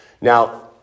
Now